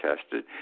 tested